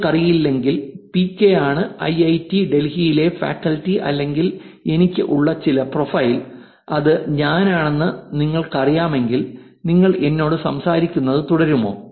നിങ്ങൾക്കറിയില്ലെങ്കിൽ പികെയാണ് ഐഐഐടി ഡൽഹിയിലെ ഫാക്കൽറ്റി അല്ലെങ്കിൽ എനിക്ക് ഉള്ള ചില പ്രൊഫൈൽ അത് ഞാനാണെന്ന് നിങ്ങൾക്കറിയില്ലെങ്കിൽ നിങ്ങൾ എന്നോട് സംസാരിക്കുന്നത് തുടരുമോ